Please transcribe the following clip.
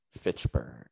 Fitchburg